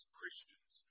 Christians